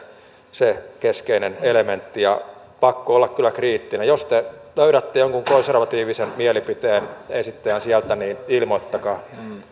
se keskeinen elementti ja pakko olla kyllä kriittinen jos te löydätte jonkun konservatiivisen mielipiteen esittäjän sieltä niin ilmoittakaa